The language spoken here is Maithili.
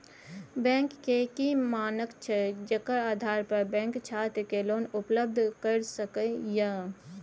बैंक के की मानक छै जेकर आधार पर बैंक छात्र के लोन उपलब्ध करय सके ये?